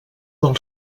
del